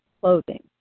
clothing